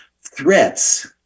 Threats